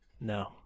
No